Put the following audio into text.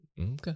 Okay